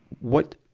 what,